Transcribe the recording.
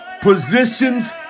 positions